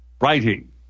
writing